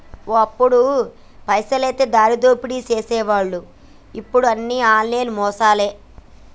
ఓ అప్పుడు పైసలైతే దారిదోపిడీ సేసెటోళ్లు ఇప్పుడు అన్ని ఆన్లైన్ మోసాలే